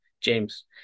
James